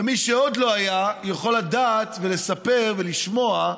ומי שעוד לא היה, יכול לדעת ולספר ולשמוע,